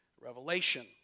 revelation